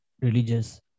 religious